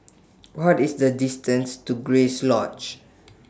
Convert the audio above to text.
What IS The distances to Grace Lodge